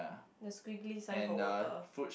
the squiggly sign for water